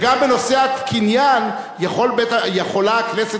בית-המשפט, גם בנושא הקניין יכולה הכנסת